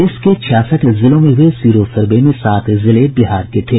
देश के छियासठ जिलों में हुए सीरो सर्वे में सात जिले बिहार के थे